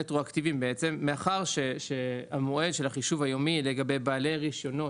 שהם בעצם רטרואקטיביים: מאחר שמועד החישוב היומי לגבי בעלי רישיונות